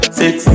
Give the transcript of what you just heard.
six